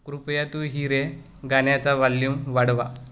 कृपया तू ही रे गाण्याचा वाल्यूम वाढवा